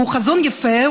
שהוא חזון יפה,